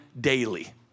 daily